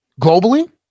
Globally